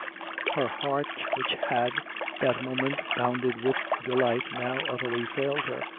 her heart, which had that moment bounded with delight, now utterly failed her,